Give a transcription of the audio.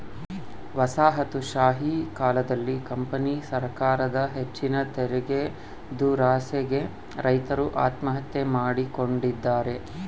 ವಸಾಹತುಶಾಹಿ ಕಾಲದಲ್ಲಿ ಕಂಪನಿ ಸರಕಾರದ ಹೆಚ್ಚಿನ ತೆರಿಗೆದುರಾಸೆಗೆ ರೈತರು ಆತ್ಮಹತ್ಯೆ ಮಾಡಿಕೊಂಡಿದ್ದಾರೆ